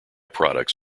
products